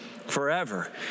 forever